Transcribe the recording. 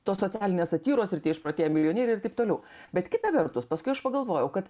tos socialinės satyros ir tie išprotėję milijonieriai ir taip toliau bet kita vertus paskui aš pagalvojau kad